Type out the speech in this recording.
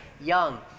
young